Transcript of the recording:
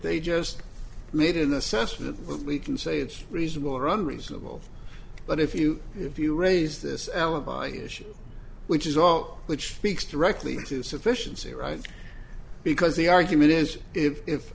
they just made an assessment but we can say it's reasonable or unreasonable but if you if you raise this alibi issue which is all which speaks directly to sufficiency right because the argument is if i